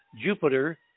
Jupiter